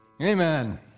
Amen